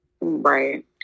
Right